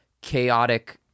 chaotic